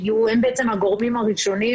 הם בעצם הגורמים הראשונים,